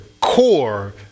core